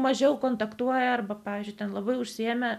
mažiau kontaktuoja arba pavyzdžiui ten labai užsiėmę